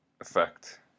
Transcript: effect